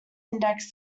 index